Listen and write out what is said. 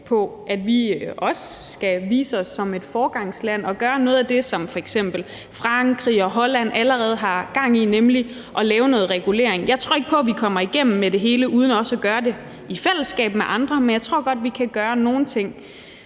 på, at vi også skal vise os som et foregangsland og gøre noget af det, som f.eks. Frankrig og Holland allerede har gang i, nemlig at lave noget regulering. Jeg tror ikke på, at vi kommer igennem med det hele uden også at gøre det i fællesskab med andre, men jeg tror godt, at vi kan gøre nogle ting.